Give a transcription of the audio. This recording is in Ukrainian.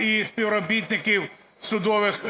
і співробітників судових